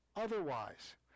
otherwise